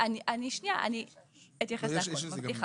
אני אתייחס להכול, מבטיחה.